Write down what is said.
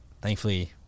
thankfully